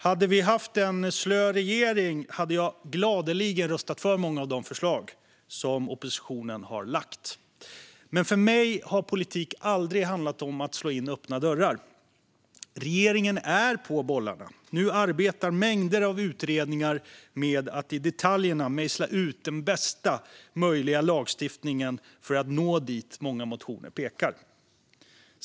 Om vi hade haft en slö regering hade jag gladeligen röstat för många av de förslag som oppositionen lagt fram, men för mig har politik aldrig handlat om att slå in öppna dörrar. Regeringen är på bollarna. Nu arbetar mängder av utredningar med att i detalj mejsla ut den bästa möjliga lagstiftningen för att nå dit många motioner pekar.